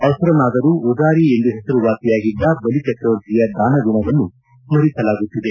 ಅಸುರನಾದರೂ ಉದಾರಿ ಎಂದು ಹೆಸರುವಾಸಿಯಾಗಿದ್ದ ಬಲಿಚರ್ಕವರ್ತಿಯ ದಾನಗುಣವನ್ನು ಸ್ಥರಿಸಲಾಗುತ್ತಿದೆ